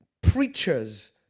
preachers